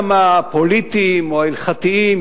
גם הפוליטיים וגם ההלכתיים,